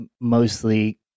mostly